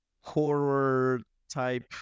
horror-type